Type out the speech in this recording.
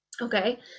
Okay